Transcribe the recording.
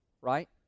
right